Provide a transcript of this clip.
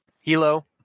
Hilo